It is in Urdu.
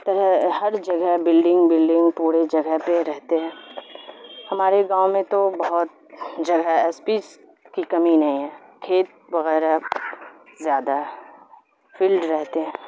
تو یہ ہر جگہ بلڈنگ بلڈنگ پورے جگہ پہ رہتے ہیں ہمارے گاؤں میں تو بہت جگہ ایسپیس کی کمی نہیں ہے کھیت وغیرہ زیادہ فیلڈ رہتے ہیں